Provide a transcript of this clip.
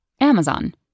Amazon